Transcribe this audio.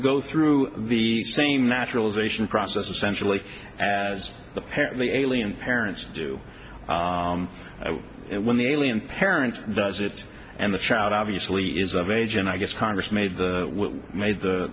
go through the same naturalization process essentially as apparently alien parents do when the alien parent does it and the child obviously is of age and i guess congress made the the made